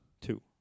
Two